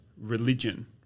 religion